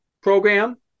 program